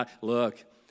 Look